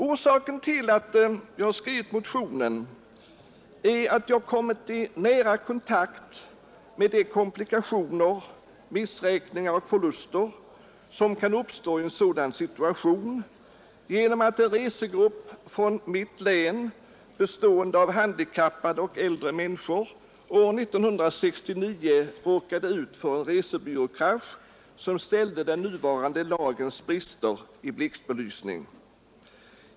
Orsaken till att jag skrivit motionen är att jag kommit i nära kontakt med de komplikationer, missräkningar och förluster som kan uppstå i en sådan situation, genom att en resegrupp från mitt län bestående av handikappade och äldre människor år 1969 råkade ut för en resebyråkrasch, som ställde den nuvarande lagens brister i blixtbelysning.